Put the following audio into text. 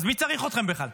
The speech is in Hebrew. אז מי צריך אתכם בכלל?